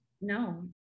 no